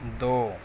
دو